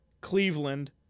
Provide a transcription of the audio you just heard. Cleveland